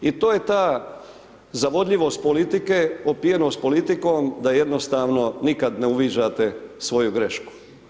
I to je ta zavodljivost politike, opijenost politikom da jednostavno nikad ne uviđate svoju grešku.